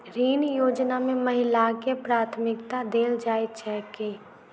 ऋण योजना मे महिलाकेँ प्राथमिकता देल जाइत छैक की?